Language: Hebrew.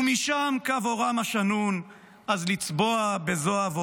// ומשם קו אורם השנון / אץ לצבוע בזוהב-אורו